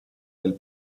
del